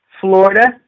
Florida